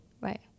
Right